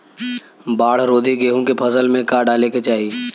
बाढ़ रोधी गेहूँ के फसल में का डाले के चाही?